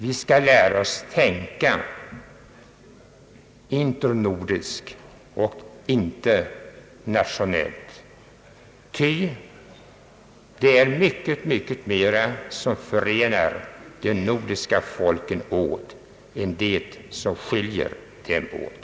Vi skall lära oss tänka internordiskt och inte nationellt, ty det är mycket mera som förenar de nordiska folken än det är som skiljer dem åt.